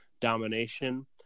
Domination